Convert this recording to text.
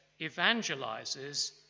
evangelizes